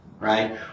right